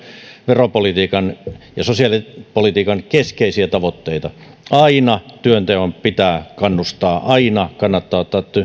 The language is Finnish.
veropolitiikan ja sosiaalipolitiikan keskeisiä tavoitteita aina työnteon pitää kannustaa aina kannattaa ottaa